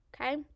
Okay